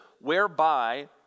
whereby